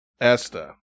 ESTA